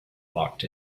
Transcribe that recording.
locked